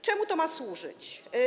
Czemu to ma służyć?